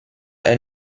est